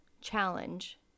challenge